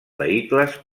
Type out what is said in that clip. vehicles